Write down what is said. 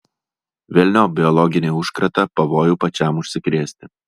velniop biologinį užkratą pavojų pačiam užsikrėsti